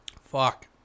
fuck